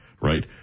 right